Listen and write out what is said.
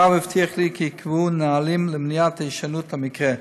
הרב הבטיח לי כי ייקבעו נהלים למניעת הישנות המקרה.